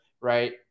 right